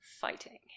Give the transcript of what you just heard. Fighting